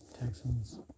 Texans